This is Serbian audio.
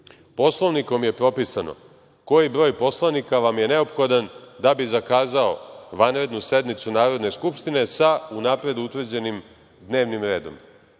Poslovnikom je propisano koji broj poslanika vam je neophodan da bi zakazao vanrednu sednicu Narodne skupštine sa unapred utvrđenim dnevnim redom.